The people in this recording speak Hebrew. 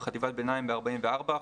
בחטיבת ביניים ב-44%,